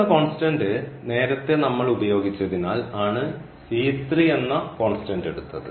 എന്ന കോൺസ്റ്റന്റ് നേരത്തെ നമ്മൾ ഉപയോഗിച്ചതിനാൽ ആണ് എന്ന കോൺസ്റ്റന്റ് എടുത്തത്